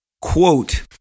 quote